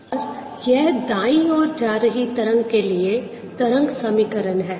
और यह दाईं ओर जा रही तरंग के लिए तरंग समीकरण है